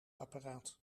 apparaat